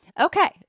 Okay